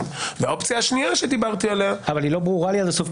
האופציה השנייה שדיברתי עליה --- היא לא ברורה לי עד הסוף.